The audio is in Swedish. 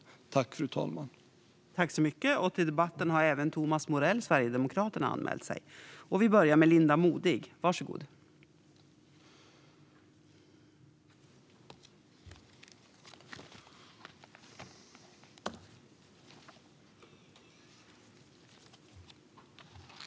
Då Hannes Hervieu hade framställt interpellationen under den tid han tjänstgjort som ersättare för ledamot som därefter återtagit sin plats i riksdagen, medgav förste vice talmannen att Linda Modig i stället fick delta i debatten.